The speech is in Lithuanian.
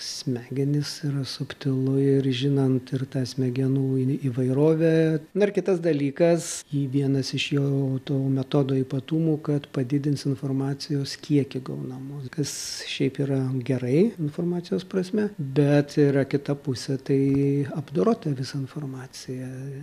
smegenys yra subtilu ir žinant ir tą smegenų įvairovę dar kitas dalykas į vienas iš jo to metodo ypatumų kad padidins informacijos kiekį gaunamos kas šiaip yra gerai informacijos prasme bet yra kita pusė tai apdorota visa informacija